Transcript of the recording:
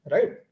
Right